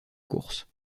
course